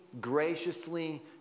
graciously